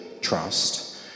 Trust